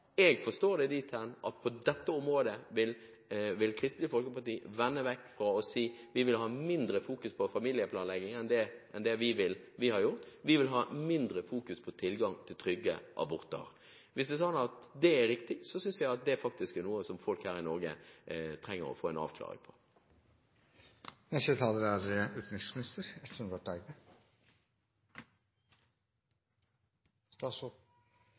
på dette området vil Kristelig Folkeparti vende seg vekk for å si: Vi vil ha mindre fokus på familieplanlegging enn det dere har, vi vil ha mindre fokus på tilgang til trygge aborter. Hvis det er sånn at det er riktig, synes jeg at det faktisk er noe som folk her i Norge trenger å få en avklaring på. Jeg vil understreke, som også utviklingsministeren nå sa, at det naturligvis ikke er